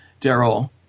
Daryl